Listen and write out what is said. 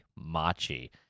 Machi